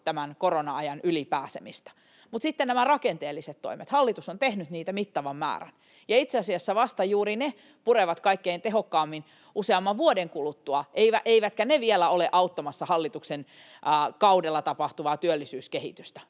tämän korona-ajan yli pääsemistä. Mutta sitten nämä rakenteelliset toimet: hallitus on tehnyt niitä mittavan määrän, ja itse asiassa vasta juuri ne purevat kaikkein tehokkaimmin useamman vuoden kuluttua, eivätkä ne vielä ole auttamassa hallituksen kaudella tapahtuvaa työllisyyskehitystä